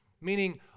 meaning